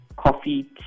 Coffee